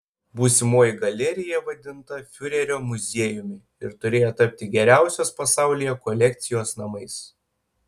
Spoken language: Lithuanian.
būsimoji galerija vadinta fiurerio muziejumi ir turėjo tapti geriausios pasaulyje kolekcijos namais